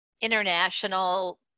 international